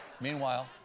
Meanwhile